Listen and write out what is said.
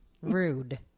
Rude